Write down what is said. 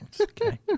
okay